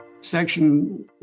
Section